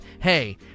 hey